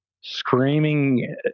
screaming